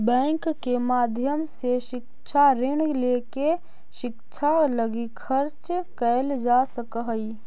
bank के माध्यम से शिक्षा ऋण लेके शिक्षा लगी खर्च कैल जा सकऽ हई